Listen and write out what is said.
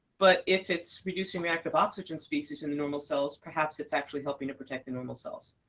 but if it's reducing reactive oxygen species in the normal cells, perhaps it's actually helping to protect the normal cells.